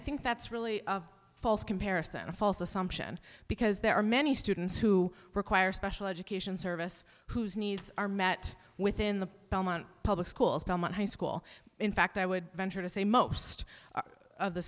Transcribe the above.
think that's really of false comparison a false assumption because there are many students who require special education service whose needs are met within the belmont public schools belmont high school in fact i would venture to say most of the